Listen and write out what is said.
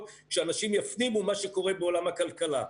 כשאנשים יפנימו את מה שקורה בעולם הכלכלה.